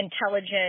intelligent